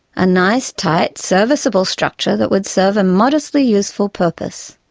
a nice tight serviceable structure that would serve a modestly useful purpose.